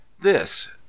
This